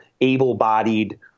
able-bodied